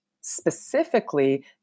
specifically